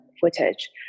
footage